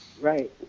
right